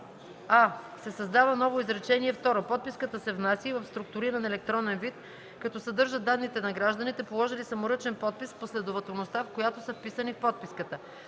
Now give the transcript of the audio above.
се създава ново изречение второ: „Подписката се внася и в структуриран електронен вид, като съдържа данните на гражданите, положили саморъчен подпис, в последователността, в която са вписани в подписката.”;